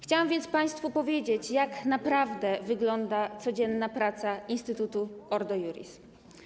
Chciałam więc państwu powiedzieć, jak naprawdę wygląda codzienna praca instytutu Ordo Iuris.